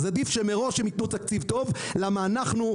אז עדיף שמראש הם יתנו תקציב טוב למה אנחנו,